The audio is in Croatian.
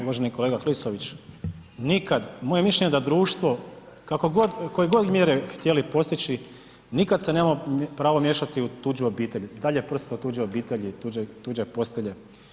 Uvaženi kolega Klisović, nikad, moje mišljenje je da društvo kako god, koje god mjere htjeli postići, nikad se nema pravo miješati u tuđe obitelji, dalje prst od tuđe obitelji i tuđe postelje.